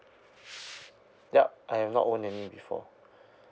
yup I have not owned any before